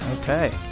Okay